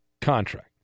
contract